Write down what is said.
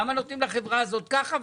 למה נותנים לחברה הזאת ככה,